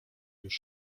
już